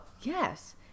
Yes